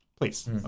Please